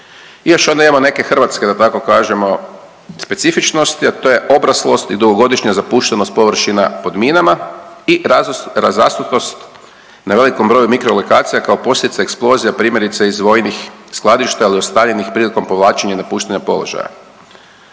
I još onda imamo neke hrvatske, da tako kažemo, specifičnosti, a to je obraslost i dugogodišnja zapuštenost površina pod minama i razasutost na velikom broju mikrolokacija kao posljedica eksplozija, primjerice iz vojnih skladišta ili ostavljenih prilikom povlačenja i napuštanja položaja.